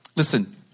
Listen